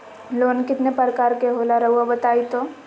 Loan कितने पारकर के होला रऊआ बताई तो?